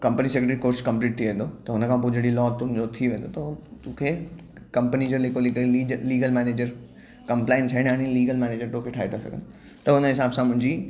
company secretary course complete थी वेंदो त हुनखां पोइ लॉ जॾहिं थी वेंदो त हू तोखे कंपनी जो लीगल मैनेजर कंप्लाइंस हेड ऐं लीगल मैनेजर तोखे ठाहे था सघनि त उनजे हिसाब सां मुंहिंजी